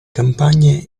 campagne